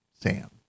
Sam